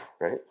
Right